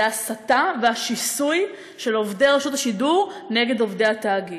זה ההסתה והשיסוי של עובדי רשות השידור בעובדי התאגיד.